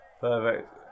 Perfect